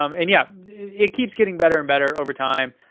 um and yeah it keeps getting better and better over time.